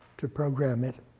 to program it.